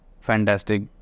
fantastic